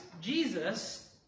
Jesus